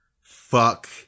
Fuck